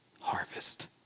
harvest